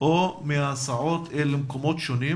או מההסעות אל מקומות שונים